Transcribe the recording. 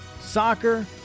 soccer